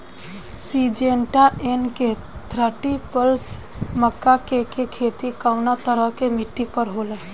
Syngenta NK thirty plus मक्का के के खेती कवना तरह के मिट्टी पर होला?